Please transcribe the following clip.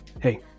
hey